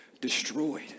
destroyed